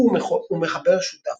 הוא ומחבר שותף,